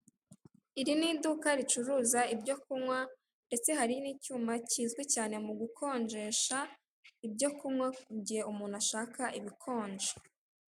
Iri ni iduka ricuruza ibyo kunywa ndetse hari n'icyuma kizwi cyane mu gukonjesha ibyo kunywa mu gihe umuntu ashaka ibikonje.